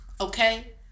Okay